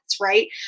right